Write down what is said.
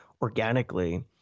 organically